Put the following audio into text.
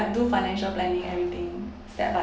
I do financial planning everything set lah